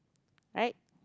right